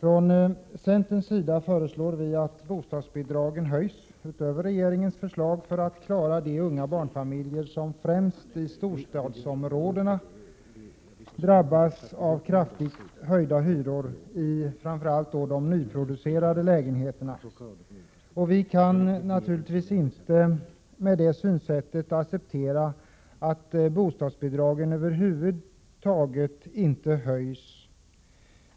Vi föreslår från centerns sida att bostadsbidragen höjs, utöver vad regeringen har föreslagit, för att klara de unga barnfamiljer som drabbas av kraftigt höjda hyror i framför allt nyproducerade lägenheter i storstadsområdena. Vi kan med vårt synsätt inte acceptera att bostadsbidragen över huvud taget inte höjs.